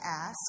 ask